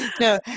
no